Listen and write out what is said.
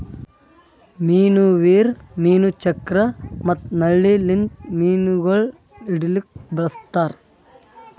ಮೀನು ವೀರ್, ಮೀನು ಚಕ್ರ ಮತ್ತ ನಳ್ಳಿ ಲಿಂತ್ ಮೀನುಗೊಳ್ ಹಿಡಿಲುಕ್ ಬಳಸ್ತಾರ್